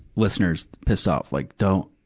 listeners pissed off, like don't,